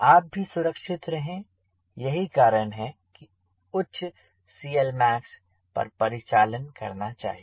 आप भी सुरक्षित रहें यही कारण है कि उच्च CLmax पर परिचालन करना चाहिए